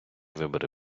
вибори